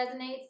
resonates